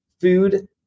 food